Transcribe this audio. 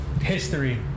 history